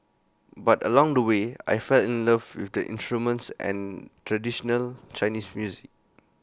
but along the way I fell in love with the instruments and traditional Chinese music